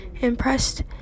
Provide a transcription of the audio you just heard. impressed